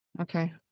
Okay